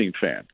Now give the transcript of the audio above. fan